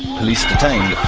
police detained